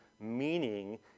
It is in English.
meaning